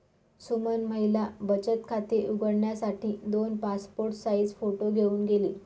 सुमन महिला बचत खाते उघडण्यासाठी दोन पासपोर्ट साइज फोटो घेऊन गेली